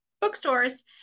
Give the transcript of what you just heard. bookstores